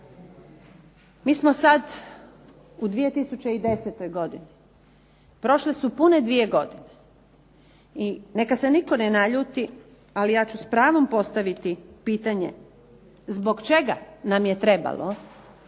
Mi smo sada u 2010. godini, prošle su pune dvije godine. I neka se nitko ne naljuti, ali ja ću s pravom postaviti pitanje. Zbog čega nam je trebalo